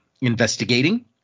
investigating